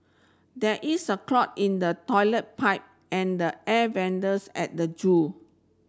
there is a clog in the toilet pipe and the air at the zoo